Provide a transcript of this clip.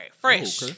Fresh